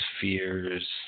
fears